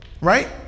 right